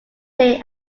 day